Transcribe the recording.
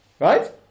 Right